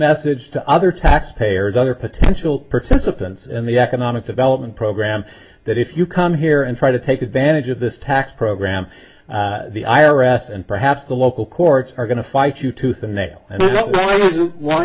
message to other taxpayers other potential participants in the economic development program that if you come here and try to take advantage of this tax program the i r s and perhaps the local courts are going to fight you tooth and nail